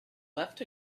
left